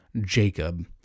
jacob